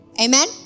Amen